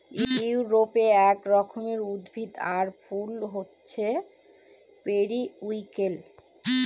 ইউরোপে এক রকমের উদ্ভিদ আর ফুল হছে পেরিউইঙ্কেল